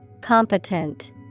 Competent